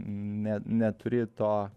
ne neturi to